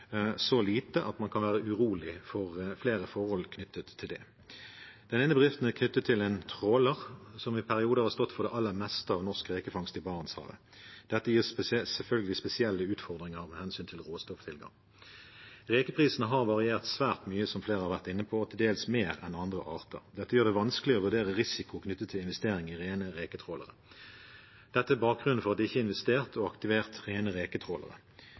så lite at man kan være urolig for flere forhold knyttet til det. Den ene bedriften er knyttet til en tråler som i perioder har stått for det aller meste av norsk rekefangst i Barentshavet. Dette gir selvfølgelig spesielle utfordringer med hensyn til råstofftilgang. Rekeprisen har variert svært mye, noe flere har vært inne på, og til dels mer enn for andre arter. Det gjør det vanskelig å vurdere risiko knyttet til investering i den ene reketråleren. Dette er bakgrunnen for at man ikke har investert i og aktivert